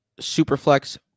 Superflex